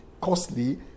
costly